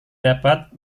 dapat